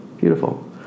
beautiful